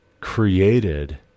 created